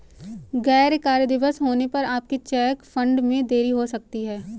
गैर कार्य दिवस होने पर आपके चेक फंड में देरी हो सकती है